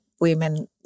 women